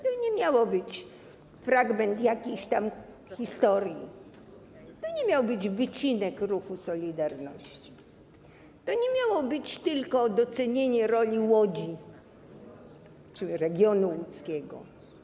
To nie miał być fragment jakiejś historii, to nie miał być wycinek ruchu „Solidarności”, to nie miało być tylko docenienie roli Łodzi czy regionu łódzkiego.